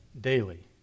daily